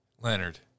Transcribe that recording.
Leonard